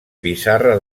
pissarra